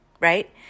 right